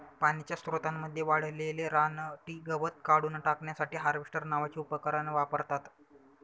पाण्याच्या स्त्रोतांमध्ये वाढलेले रानटी गवत काढून टाकण्यासाठी हार्वेस्टर नावाचे उपकरण वापरतात